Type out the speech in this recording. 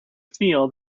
feel